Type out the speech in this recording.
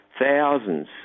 thousands